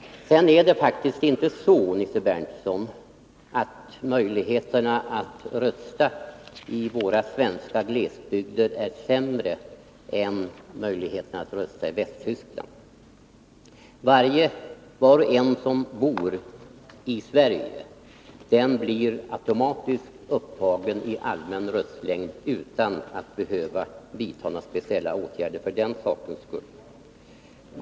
Sedan är det faktiskt inte så, Nils Berndtson, att möjligheterna att rösta i våra svenska glesbygder är sämre än möjligheterna att rösta i Västtyskland. Var och en som bor i Sverige blir automatiskt upptagen i allmän röstlängd utan att behöva vidta några speciella åtgärder för den sakens skull.